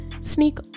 sneak